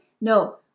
no